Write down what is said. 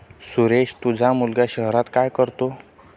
सुरेश तुझा मुलगा शहरात काय करतो